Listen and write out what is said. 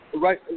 right